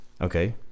Okay